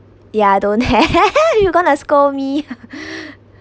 ya don't have you gonna scold me